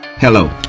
hello